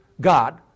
God